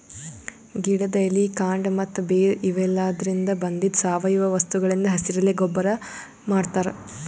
ಗಿಡದ್ ಎಲಿ ಕಾಂಡ ಮತ್ತ್ ಬೇರ್ ಇವೆಲಾದ್ರಿನ್ದ ಬಂದಿದ್ ಸಾವಯವ ವಸ್ತುಗಳಿಂದ್ ಹಸಿರೆಲೆ ಗೊಬ್ಬರ್ ಮಾಡ್ತಾರ್